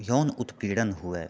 यौन उत्पीड़न हुए